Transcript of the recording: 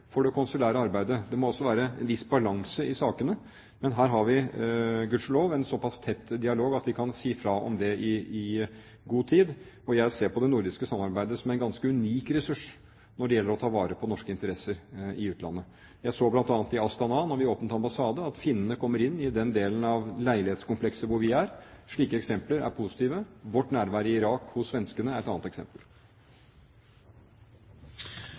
for det konsulære arbeidet. Det må altså være en viss balanse i sakene. Men her har vi gudskjelov en såpass tett dialog at vi kan si fra om det i god tid, og jeg ser på det nordiske samarbeidet som en ganske unik ressurs når det gjelder å ta vare på norske interesser i utlandet. Jeg så bl.a. da vi åpnet ambassade i Astana, at finnene kommer inn i den del av leilighetskomplekset hvor vi er. Slike eksempler er positive. Vårt nærvær i Irak hos svenskene er et annet eksempel.